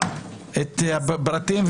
את הפרטים,